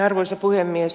arvoisa puhemies